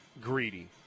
greedy